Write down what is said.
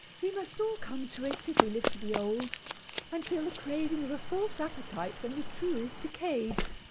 we must all come to it, if we live to be old and feel the craving of a false appetite when the true is decayed.